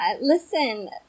Listen